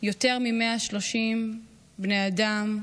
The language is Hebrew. יותר מ-130 בני אדם,